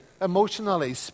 emotionally